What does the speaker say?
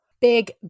big